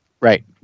Right